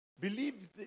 Believe